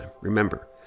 remember